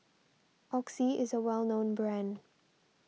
Oxy is a well known brand